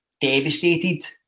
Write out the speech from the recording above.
devastated